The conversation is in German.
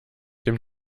dem